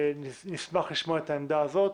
נשמח לשמוע את העמדה הזאת,